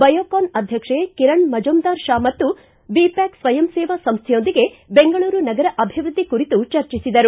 ಬಯೋಕಾನ್ ಅಧ್ಯಕ್ಷ ಕಿರಣ್ ಮಜುಂದಾರ್ ಷಾ ಮತ್ತು ಬಿಪ್ಕಾಕ್ ಸ್ವಯಂ ಸೇವಾ ಸಂಸ್ಥೆಯೊಂದಿಗೆ ಬೆಂಗಳೂರು ನಗರ ಅಭಿವೃದ್ದಿ ಕುರಿತು ಚರ್ಚಿಸಿದರು